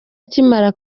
akimara